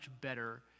better